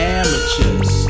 amateurs